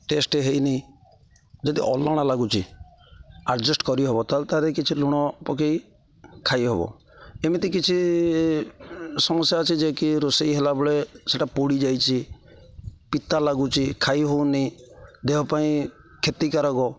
test ହୋଇନି ଯଦି ଅଲଣା ଲାଗୁଛି ଆଡ଼୍ଜଷ୍ଟ୍ କରିହେବ ତା'ହେଲେ ତା'ଦେହରେ କିଛି ଲୁଣ ପକାଇ ଖାଇହେବ ଏମିତି କିଛି ସମସ୍ୟା ଅଛି ଯେ କି ରୋଷେଇ ହେଲାବେଳେ ସେଇଟା ପୋଡ଼ିଯାଇଛି ପିତା ଲାଗୁଛି ଖାଇ ହେଉନି ଦେହ ପାଇଁ କ୍ଷତିକାରକ